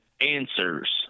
answers